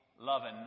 Loving